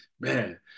man